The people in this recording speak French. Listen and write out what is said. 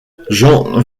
jean